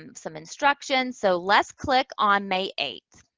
um some instructions. so, let's click on may eighth.